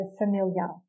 familiar